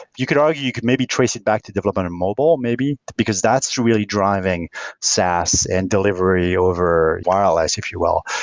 you could argue, you could maybe trace it back to development of mobile maybe, because that's really driving saas and delivery over awhile, if you will.